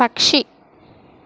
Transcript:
పక్షి